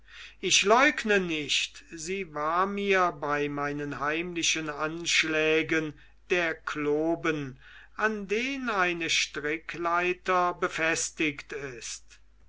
ich leugne nicht sie war mir bei meinen heimlichen anschlägen der kloben an dem eine strickleiter befestigt ist